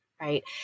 Right